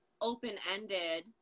open-ended